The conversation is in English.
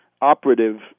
operative